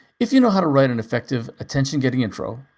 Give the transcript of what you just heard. if you know how to write an effective attention-getting intro,